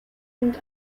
und